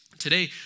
Today